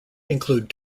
include